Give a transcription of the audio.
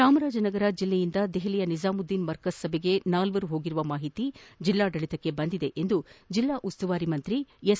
ಚಾಮರಾಜನಗರ ಜಿಲ್ಲೆಯಿಂದ ದೆಹಲಿಯ ನಿಜಾಮುದ್ದೀನ್ ಮರ್ಕಜ್ ಸಭೆಗೆ ನಾಲ್ವರು ಹೋಗಿರುವ ಮಾಹಿತಿ ಜಿಲ್ಲಾಡಳಿತಕ್ಕೆ ಬಂದಿದೆ ಎಂದು ಜಿಲ್ಲಾ ಉಸ್ತುವಾರಿ ಸಚಿವ ಎಸ್